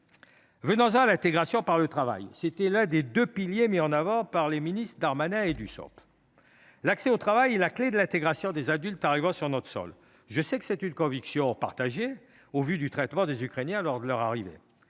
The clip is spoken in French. Venons en à l’intégration par le travail : c’était l’un des deux piliers mis en avant par les ministres Darmanin et Dussopt. L’accès au travail est la clé de l’intégration des adultes arrivant sur notre sol. Je sais que cette conviction est partagée, au vu du traitement des Ukrainiens lors de leur arrivée.